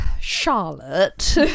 Charlotte